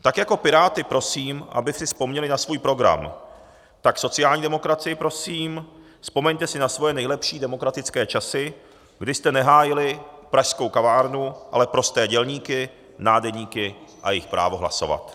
Tak jako Piráty prosím, aby si vzpomněli na svůj program, tak sociální demokracii prosím, vzpomeňte si na svoje nejlepší demokratické časy, kdy jste nehájili pražskou kavárnu, ale prosté dělníky, nádeníky a jejich právo hlasovat.